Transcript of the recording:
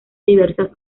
diversas